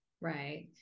Right